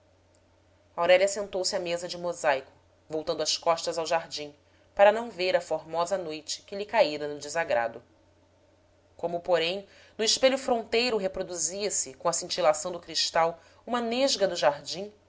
aurélia sentou-se à mesa de mosaico voltando as costas ao jardim para não ver a formosa noite que lhe caíra no desagra do como porém no espelho fronteiro reproduzia se com a cin tilação do cristal uma nesga do jardim